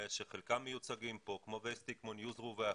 שחלקם מיוצגים פה, כמו וסטי, כמו ניוזרו ואחרים,